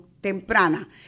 temprana